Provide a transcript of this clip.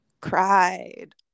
cried